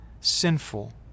sinful